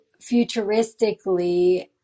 futuristically